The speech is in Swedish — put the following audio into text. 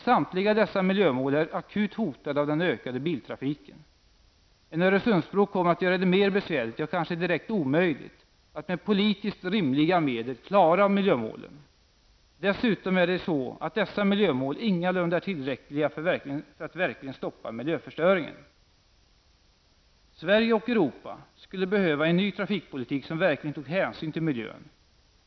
Samtliga dessa miljömål är akut hotade av den ökande biltrafiken. En Öresundsbro kommer att göra det än mer besvärligt, ja kanske direkt omöjligt, att med politiskt rimliga medel klara miljömålen. Dessutom är det så, att dessa miljömål ingalunda är tillräckliga för att verkligen stoppa miljöförstöringen. Sverige och Europa skulle behöva en ny trafikpolitik som verkligen tog hänsyn till miljön.